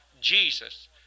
Jesus